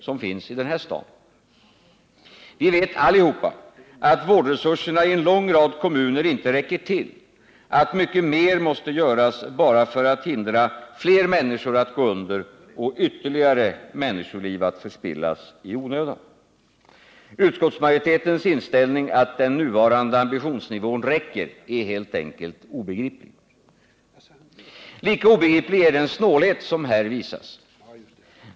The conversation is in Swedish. Vi vet, allihopa, att vårdresurserna i en lång rad kommuner inte räcker till, att mycket mer måste göras bara för att hindra fler människor att gå under och ytterligare människoliv att förspillas i onödan. Utskottsmajoritetens inställning att den nuvarande ambitionsnivån räcker är helt enkelt obegriplig. Lika obegriplig är den snålhet som här visas.